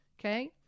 Okay